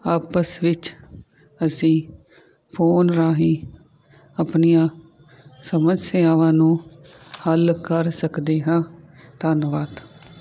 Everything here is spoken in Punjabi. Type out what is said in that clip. ਆਪਸ ਵਿੱਚ ਅਸੀਂ ਫੋਨ ਰਾਹੀਂ ਆਪਣੀਆਂ ਸਮੱਸਿਆਵਾਂ ਨੂੰ ਹੱਲ ਕਰ ਸਕਦੇ ਹਾਂ ਧੰਨਵਾਦ